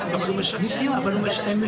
אין לי